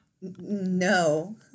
no